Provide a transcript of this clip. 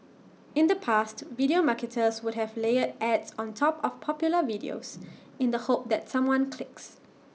in the past video marketers would have layered ads on top of popular videos in the hope that someone clicks